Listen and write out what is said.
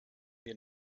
wir